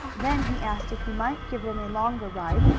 then he asked if he might give them a longer ride,